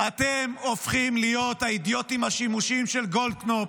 אתם הופכים להיות האידיוטים השימושיים של גולדקנופ,